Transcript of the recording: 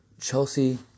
Chelsea